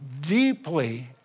Deeply